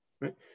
right